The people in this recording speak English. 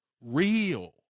real